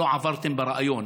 לא עברתן בריאיון.